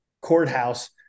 courthouse